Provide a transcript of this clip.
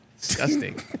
Disgusting